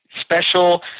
special